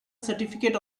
certificate